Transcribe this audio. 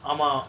ஆமா:aama